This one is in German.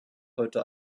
heute